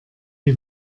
die